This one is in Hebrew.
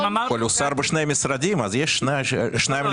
אבל הוא שר בשני משרדים, אז יש שניים לפחות.